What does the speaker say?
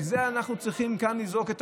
את זה אנחנו צריכים לזעוק כאן,